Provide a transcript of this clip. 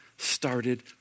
started